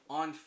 on